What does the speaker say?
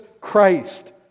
Christ